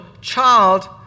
child